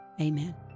Amen